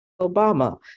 Obama